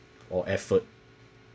or effort